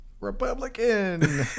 republican